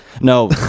No